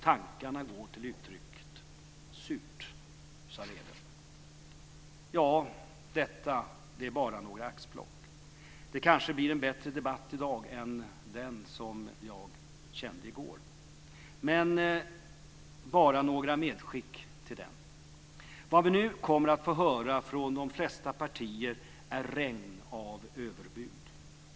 Tankarna går till uttrycket Surt, sa räven! Detta är bara några axplock. Det kanske blir en bättre debatt i dag än den som jag upplevde i går. Jag har bara några medskick till den. Vad vi nu kommer att höra från de flesta partier är regn av överbud.